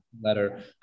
letter